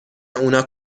اونا